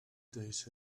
days